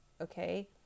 Okay